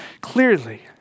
clearly